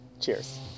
Cheers